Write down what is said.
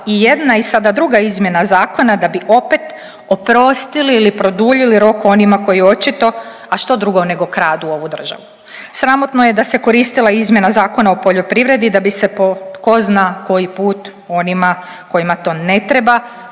i jedna i sada druga izmjena zakona da bi opet oprostili ili produljili rok onima koji očito, a što drugo nego kradu ovu državu. Sramotno je da se koristila izmjena Zakona o poljoprivredi, da bi se po tko zna koji put onima kojima to ne treba